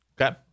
Okay